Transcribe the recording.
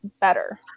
better